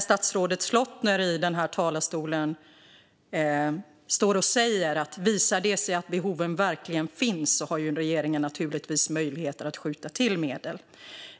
Statsrådet Slottner stod i talarstolen och sa att regeringen naturligtvis har möjligheter att skjuta till medel om det visar sig att behoven verkligen finns.